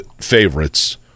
favorites